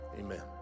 amen